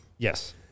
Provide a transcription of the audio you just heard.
Yes